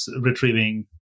retrieving